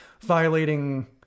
violating